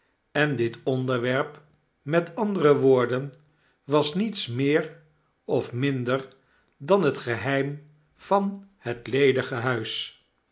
en dit onderwerp met andere woorden was niets meer of minder dan het geheim van het ledige huis